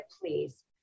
please